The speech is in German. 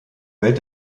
welt